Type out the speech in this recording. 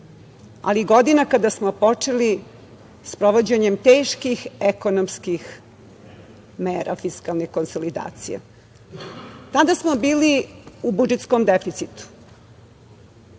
i godina kada smo počeli sa sprovođenjem teških ekonomskih mera fiskalne konsolidacije. Tada smo bili u budžetskom deficitu. Posle